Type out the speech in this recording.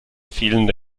fielen